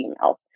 emails